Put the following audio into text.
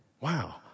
Wow